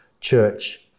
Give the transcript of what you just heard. church